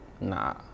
nah